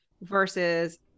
versus